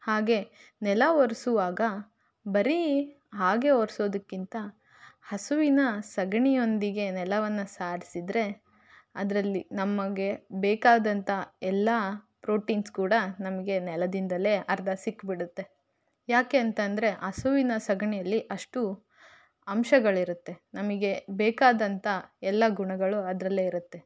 ಹಾಗೆ ನೆಲ ಒರೆಸುವಾಗ ಬರೀ ಹಾಗೆ ಒರೆಸೋದಕ್ಕಿಂತ ಹಸುವಿನ ಸಗಣಿಯೊಂದಿಗೆ ನೆಲವನ್ನು ಸಾರಿಸಿದ್ರೆ ಅದರಲ್ಲಿ ನಮಗೆ ಬೇಕಾದಂಥ ಎಲ್ಲ ಪ್ರೊಟೀನ್ಸ್ ಕೂಡ ನಮಗೆ ನೆಲದಿಂದಲೇ ಅರ್ಧ ಸಿಕ್ಬಿಡತ್ತೆ ಯಾಕೆ ಅಂತಂದರೆ ಹಸುವಿನ ಸಗಣಿಯಲ್ಲಿ ಅಷ್ಟು ಅಂಶಗಳಿರತ್ತೆ ನಮಗೆ ಬೇಕಾದಂಥ ಎಲ್ಲ ಗುಣಗಳು ಅದರಲ್ಲೇ ಇರತ್ತೆ